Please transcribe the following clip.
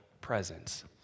presence